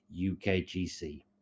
UKGC